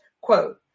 quote